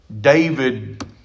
David